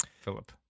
Philip